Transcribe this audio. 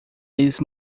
eles